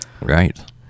Right